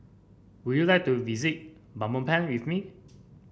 would you like to visit Belmopan with me